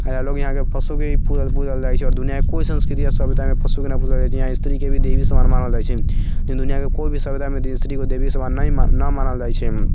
एहि लऽ कऽ यहाँ पशुके भी पूजल जाइ छै आओर दुनिआँके कोइ संस्कृति या सभ्यतामे पशुके न पूजल जाइ छै यहाँ स्त्रीके देवी समान मानल जाइ छन्हि लेकिन दुनिआँके कोइ भी सभ्यतामे स्त्रीके देवी समान नहि मानल न मानल जाइत छन्हि